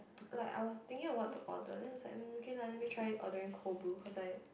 like I was thinking of want to order then I was like mm k lah let me try ordering cold brew cause I